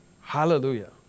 Hallelujah